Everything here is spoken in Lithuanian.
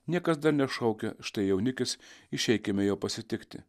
niekas dar nešaukia štai jaunikis išeikime jo pasitikti